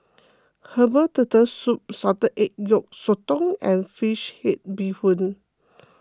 Herbal Turtle Soup Salted Egg Yolk Sotong and Fish Head Bee Hoon